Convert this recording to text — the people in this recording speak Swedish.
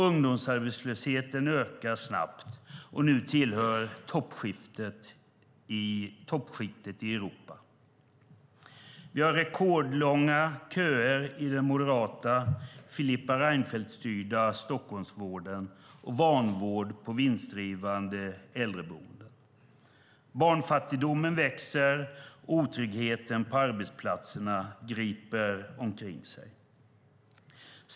Ungdomsarbetslösheten ökar snabbt och tillhör nu toppskiktet i Europa. Vi har rekordlånga köer i den moderata, Filippa Reinfeldtstyrda Stockholmsvården och vanvård på vinstdrivande äldreboenden. Barnfattigdomen växer, och otryggheten på arbetsplatserna griper omkring sig.